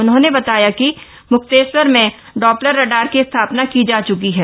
उन्होंने बताया कि मुक्तेश्वर में डॉप्लर रडार की स्थापना की जा चुकी है